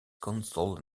console